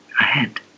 ahead